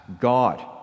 God